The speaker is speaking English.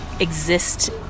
exist